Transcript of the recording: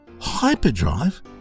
Hyperdrive